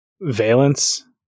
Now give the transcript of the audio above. Valence